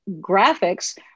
graphics